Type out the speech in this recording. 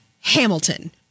Hamilton